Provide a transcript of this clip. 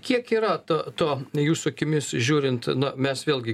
kiek yra ta to jūsų akimis žiūrint na mes vėlgi